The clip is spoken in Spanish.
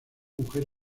mujer